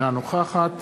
אינה נוכחת